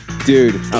Dude